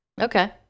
Okay